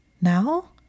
Now